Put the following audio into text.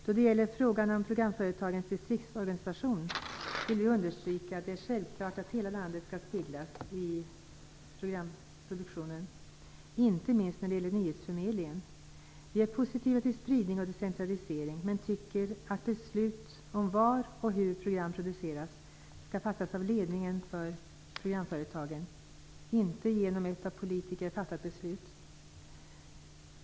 Då det gäller frågan om programföretagens distriktsorganisation vill vi understryka att det är självklart att hela landet skall speglas i programproduktionen, inte minst när det gäller nyhetsförmedlingen. Vi är positiva till spridning och decentralisering, men tycker att beslut om var och hur program produceras skall fattas av ledningen för programföretagen, inte av politiker.